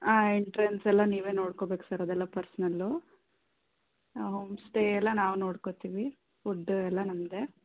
ಆಂ entrance ಎಲ್ಲ ನೀವೇ ನೋಡ್ಕೋಬೇಕು ಸರ್ ಅದೆಲ್ಲ ಪರ್ಸನಲ್ಲು ಹೋಮ್ ಸ್ಟೇ ಎಲ್ಲ ನಾವು ನೋಡ್ಕೋತೀವಿ ಫುಡ್ಡ ಎಲ್ಲ ನಮ್ಮದೇ